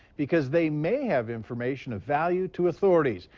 because they may have information of value to authorities.